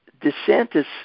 DeSantis